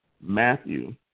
Matthew